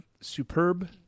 superb